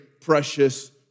precious